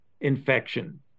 infection